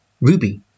Ruby